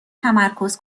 تمرکز